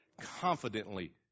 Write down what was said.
confidently